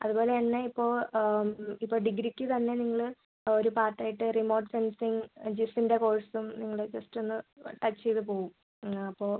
അതുപോലെ തന്നെ ഇപ്പോൾ ഇപ്പോൾ ഡിഗ്രിക്ക് തന്നെ നിങ്ങൾ ഒരു പാർട്ട് ആയിട്ട് റിമോട്ട് സെൻസിംഗ് ജിസ്സിൻ്റെ കോഴ്സും നിങ്ങൾ ജസ്റ്റ് ഒന്ന് ടച്ച് ചെയ്ത് പോവും ആ അപ്പോൾ